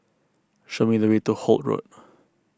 show me the way to Holt Road